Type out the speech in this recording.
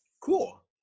cool